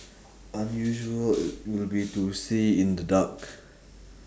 unusual would be to see in the dark